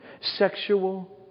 Sexual